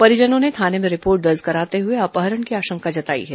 परिजनों ने थाने में रिपोर्ट दर्ज करते हुए अपहरण की आशंका जताई है